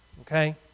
Okay